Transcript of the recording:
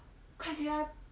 看起来